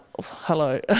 hello